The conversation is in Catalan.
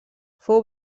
fou